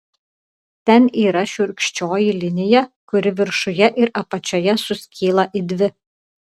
ten yra šiurkščioji linija kuri viršuje ir apačioje suskyla į dvi